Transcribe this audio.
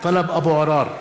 טלב אבו עראר,